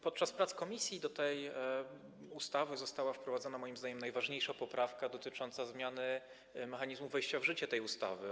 Podczas prac komisji do tego projektu ustawy została wprowadzona moim zdaniem najważniejsza poprawka, dotycząca zmiany mechanizmu wejścia w życie tej ustawy.